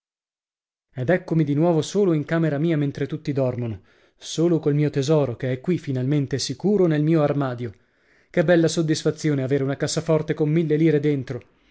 ed eccomi di nuovo solo in camera mia mentre tutti dormono solo col mio tesoro che è qui finalmente sicuro nel mio armadio che bella soddisfazione avere una cassaforte con mille lire dentro